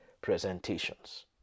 presentations